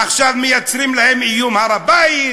עכשיו מייצרים להם את איום הר-הבית.